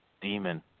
demon